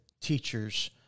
teachers